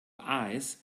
eyes